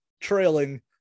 trailing